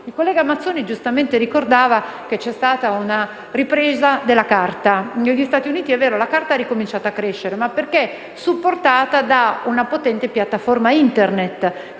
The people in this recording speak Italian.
Il collega Mazzoni ha giustamente ricordato che c'è stata una ripresa della carta. Negli Stati Uniti - è vero - la carta ha ricominciato a crescere, ma perché supportata da una potente piattaforma Internet,